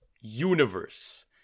universe